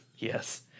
Yes